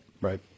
Right